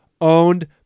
owned